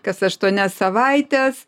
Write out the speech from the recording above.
kas aštuonias savaites